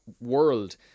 world